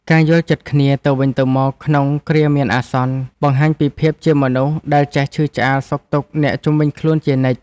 ការយល់ចិត្តគ្នាទៅវិញទៅមកក្នុងគ្រាមានអាសន្ន បង្ហាញពីភាពជាមនុស្សដែលចេះឈឺឆ្អាលសុខទុក្ខអ្នកជុំវិញខ្លួនជានិច្ច។